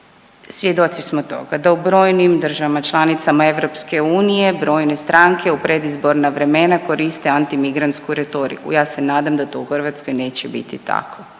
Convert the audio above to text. svjedoci smo od toga da u brojnim državama članicama EU, brojne stranke u predizborna vremena koriste anti migrantsku retoriku. Ja se nadam da to u Hrvatskoj neće biti tako.